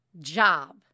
job